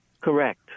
Correct